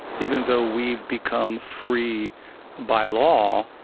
even though we've become free by law,